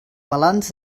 balanç